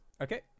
okay